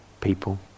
people